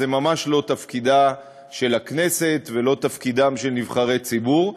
זה ממש לא תפקידה של הכנסת ולא תפקידם של נבחרי ציבור.